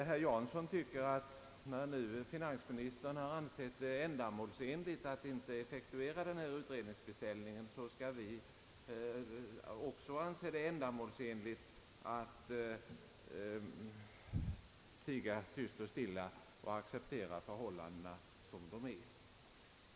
Herr Jansson tycker att när nu finansministern har ansett det ändamålsenligt att inte effektuera utredningsbeställningen, så skall vi också anse det ändamålsenligt att tiga tyst och stilla och acceptera förhållandena som de är.